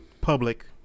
Public